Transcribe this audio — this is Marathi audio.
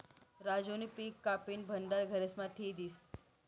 राजूनी पिक कापीन भंडार घरेस्मा ठी दिन्हं